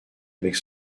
avec